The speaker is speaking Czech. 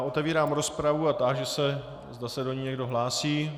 Otevírám rozpravu a táži se, zda se do ní někdo hlásí.